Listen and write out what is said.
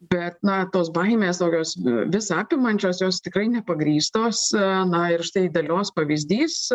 bet na tos baimės tokios visa apimančios jos tikrai nepagrįstos na ir štai dalios pavyzdys